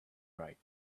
right